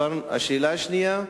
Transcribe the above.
השאלה השנייה: